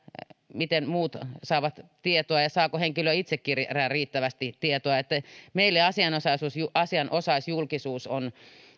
ja muut saavat tietoa ja saako henkilö itsekin riittävästi tietoa meille asianosaisjulkisuus asianosaisjulkisuus on